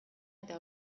eta